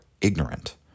ignorant